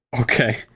Okay